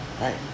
Right